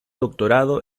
doctorado